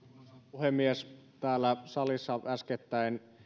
puhemies täällä salissa äskettäin